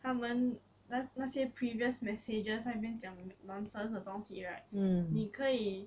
他们那那些 previous messages 在那边讲 nonsense 的东西 right 你可以